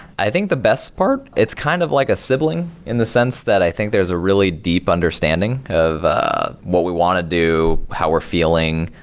i think the best part, it's kind of like a sibling in the sense that i think there's a really deep understanding of ah what we want to do, how we're feeling,